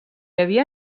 havia